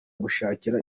gushakira